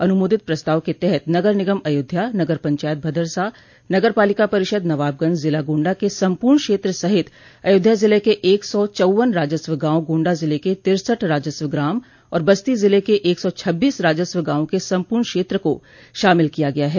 अनुमोदित प्रस्ताव के तहत नगर निगम अयोध्या नगर पंचायत भदरसा नगर पालिका परिषद नवाबगंज ज़िला गोण्डा के सम्पूर्ण क्षेत्र सहित अयाध्या ज़िले के एक सौ चौव्वन राजस्व गांव गोण्डा ज़िले के तिरसठ राजस्व ग्राम और बस्ती ज़िले के एक सौ छब्बीस राजस्व गांवों के सम्पूर्ण क्षेत्र को शामिल किया गया है